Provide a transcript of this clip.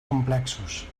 complexos